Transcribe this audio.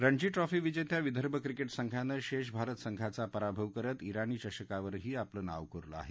Ranji trophy विजेत्या Vidarbha cricket संघानं शेष भारत संघाचा पराभव करत ्राणी चषकावरही आपलं नाव कोरलं आहे